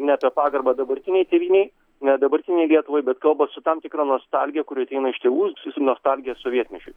ne apie pagarbą dabartinei tėvynei ne dabartinei lietuvai bet kalba su tam tikra nostalgija kuri ateina iš tėvų su nostalgija sovietmečiui